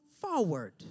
forward